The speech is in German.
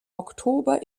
oktober